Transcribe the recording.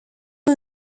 new